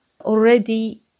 already